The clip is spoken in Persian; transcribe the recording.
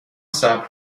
صبر